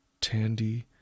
Tandy